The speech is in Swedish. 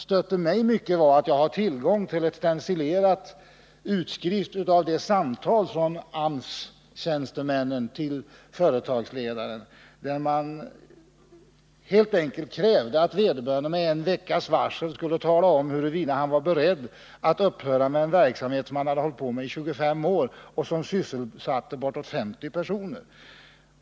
Jag har tillgång till en stencilerad utskrift av ett samtal från AMS tjänstemän till en företagsledare där man helt enkelt krävde att vederbörande med en veckas varsel skulle tala om huruvida han var beredd att upphöra med en verksamhet som han hade hållit på med i 25 år och som sysselsatte bortåt 50 personer.